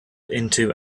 into